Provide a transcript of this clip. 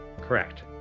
Correct